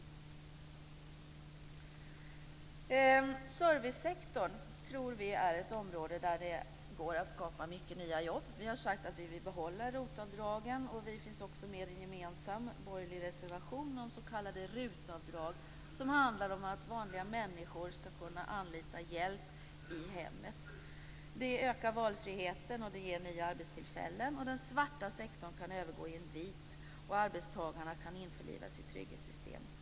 Servicesektorn tror vi är ett område där det går att skapa många nya jobb. Vi har sagt att vi vill behålla ROT-avdragen. Vi finns också med i en gemensam borgerlig reservation om s.k. RUT-avdrag som handlar om att vanliga människor skall kunna anlita hjälp i hemmet. Det ökar valfriheten och det ger nya arbetstillfällen, och den svarta sektorn kan övergå i en vit. Arbetstagarna kan införlivas i trygghetssystemet.